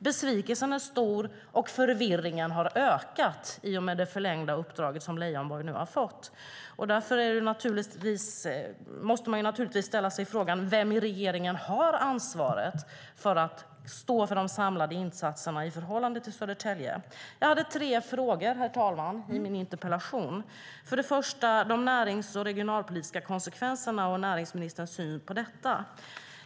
Besvikelsen är stor, och förvirringen har ökat i och med det förlängda uppdraget, som Leijonborg nu har fått. Därför måste man naturligtvis ställa sig frågan: Vem i regeringen har ansvaret för att stå för de samlade insatserna i förhållande till Södertälje? Jag hade tre frågor i min interpellation. För det första handlar det om de närings och regionalpolitiska konsekvenserna och näringsministerns syn på detta.